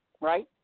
right